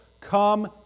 come